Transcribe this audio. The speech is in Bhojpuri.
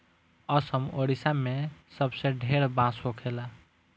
असम, ओडिसा मे सबसे ढेर बांस होखेला